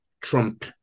Trump